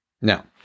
Now